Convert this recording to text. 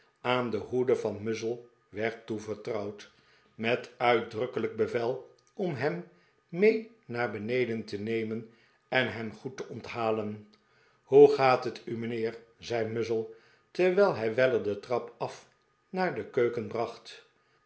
aan de hoede van muzzle werd toevertrouwd met uitdrukkelijk bevel om hem mee naar beneden te nemen en hem goed te onthalen hoe gaat het u mijnheer zei muzzle terwijl hij weller de trap af naar de keuken bracht